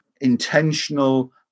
intentional